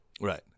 Right